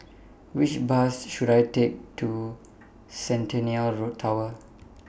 Which Bus should I Take to Centennial Tower